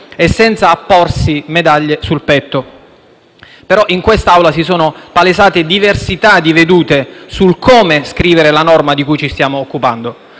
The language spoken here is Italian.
o senza apporsi medaglie sul petto. Però in quest'Assemblea si sono palesate diversità di vedute su come scrivere la norma di cui ci stiamo occupando.